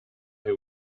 who